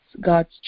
God's